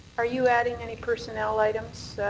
are you adding any personnel items